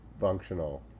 functional